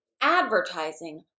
Advertising